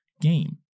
game